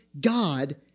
God